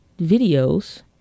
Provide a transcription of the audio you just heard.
videos